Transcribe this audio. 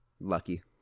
lucky